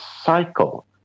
cycle